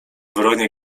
wronie